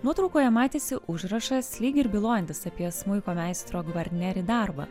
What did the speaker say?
nuotraukoje matėsi užrašas lyg ir bylojantis apie smuiko meistro gvarneri darbą